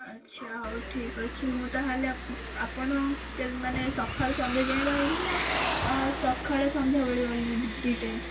ଆଚ୍ଛା ହଉ ଠିକ୍ ଅଛି ମୁଁ ତା' ହେଲେ ଆପଣ ମାନେ ସକାଳୁ ସନ୍ଧ୍ୟା ଯାଏଁ ରହିବି ନା ସକାଳେ ସନ୍ଧ୍ୟାବେଳେ ଓନ୍ଲି ଦୁଇ ଟାଇମ୍